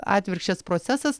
atvirkščias procesas